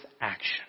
action